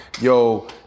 yo